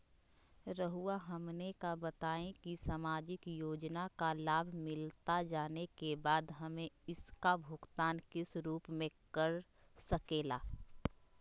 रहुआ हमने का बताएं की समाजिक योजना का लाभ मिलता जाने के बाद हमें इसका भुगतान किस रूप में कर सके ला?